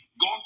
God